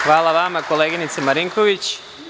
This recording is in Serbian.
Hvala vama koleginice Marinković.